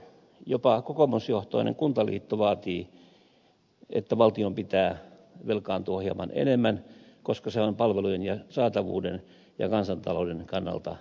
jopa kokoomusjohtoinen kuntaliitto vaatii että valtion pitää velkaantua hieman enemmän koska se on palvelujen saatavuuden ja kansantalouden kannalta kestävämpää